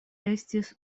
estis